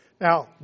Now